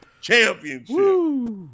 Championship